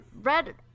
Red